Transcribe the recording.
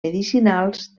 medicinals